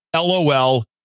LOL